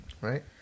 Right